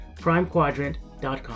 primequadrant.com